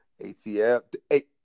ATL